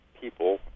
people